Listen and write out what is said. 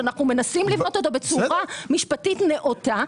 שאנחנו מנסים לבנות אותו בצורה משפטית נאותה,